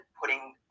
putting